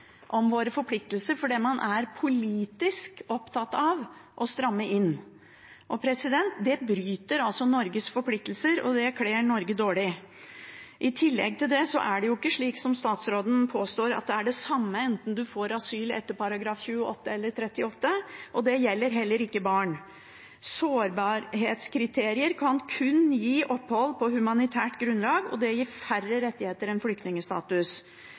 om våre forpliktelser fordi man er politisk opptatt av å stramme inn. Det bryter altså Norges forpliktelser, og det kler Norge dårlig. I tillegg er det ikke slik som statsråden påstår, at det er det samme enten man får asyl etter § 28 eller § 38, og det gjelder heller ikke barn. Sårbarhetskriterier kan kun gi opphold på humanitært grunnlag, og det gir færre rettigheter enn flyktningstatus.